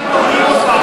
מה אתם עושים?